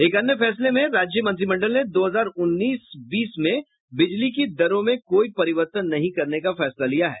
एक अन्य फैसले में राज्य मंत्रिमंडल ने दो हजार उन्नीस बीस में बिजली की दरों में कोई परिवर्तन नहीं करने का फैसला लिया है